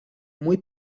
muy